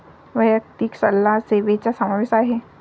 वैयक्तिक सल्ला सेवेचा समावेश आहे